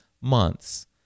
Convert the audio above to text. months